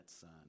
son